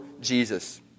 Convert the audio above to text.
Jesus